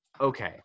okay